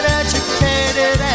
educated